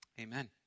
Amen